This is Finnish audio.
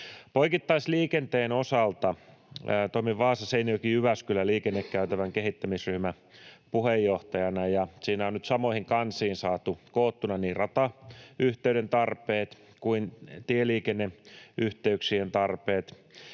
Poikittaisliikenteen osalta toimin Vaasa—Seinäjoki—Jyväskylä-liikennekäytävän kehittämisryhmän puheenjohtajana, ja siinä on nyt samoihin kansiin saatu koottuna niin ratayhteyden tarpeet kuin tieliikenneyhteyksien tarpeet,